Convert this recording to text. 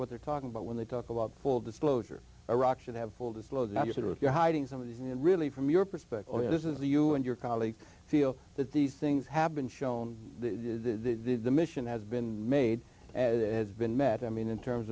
what they're talking about when they talk about full disclosure iraq should have full disclosure not just if you're hiding some of these and really from your perspective on this is the you and your colleagues feel that these things have been shown the mission has been made as been met i mean in terms